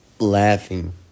laughing